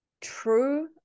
true